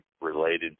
related